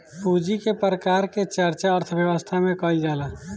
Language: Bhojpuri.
पूंजी के प्रकार के चर्चा अर्थव्यवस्था में कईल जाला